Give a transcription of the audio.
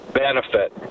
Benefit